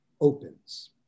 opens